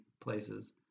places